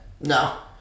no